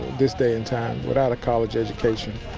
this day and time, without a college education